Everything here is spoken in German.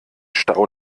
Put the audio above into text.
stau